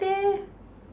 there